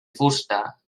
fusta